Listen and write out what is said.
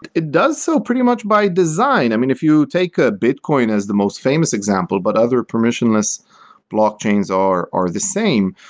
it it does so pretty much by design. i mean, if you take ah bitcoin as the most famous example, but other permissionless blockchains are are the same.